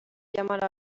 llamar